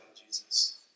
Jesus